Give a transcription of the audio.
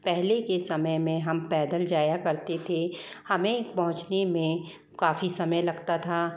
पहले के समय में हम पैदल जाया करते थे हमें पहुंचने में काफी समय लगता था